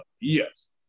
yes